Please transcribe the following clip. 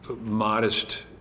modest